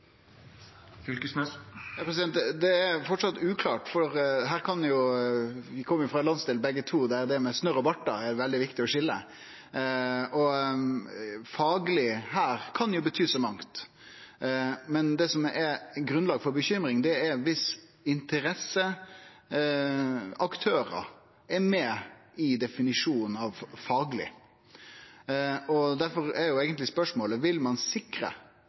er framleis uklart. Vi kjem jo begge frå ein landsdel der det er veldig viktig å skilje snørr og bartar, og «fagleg» kan jo her bety så mangt. Det som gir grunnlag for bekymring, er viss interesseaktørar er med i definisjonen av «fagleg». Difor er eigentleg spørsmålet: Når ein definerer omgrepet «iskantsona», vil ein da sikre